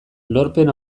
lorpen